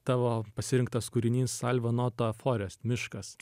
tavo pasirinktas kūrinys salva nota forest miškas